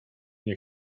nie